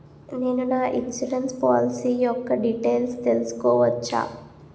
నేను నా insurance policy యెక్క డీటైల్స్ తెల్సుకోవచ్చా?